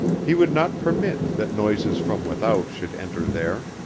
he would not permit that noises from without should enter there.